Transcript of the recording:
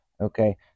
Okay